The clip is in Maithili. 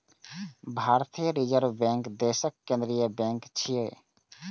भारतीय रिजर्व बैंक देशक केंद्रीय बैंक छियै